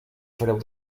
fareu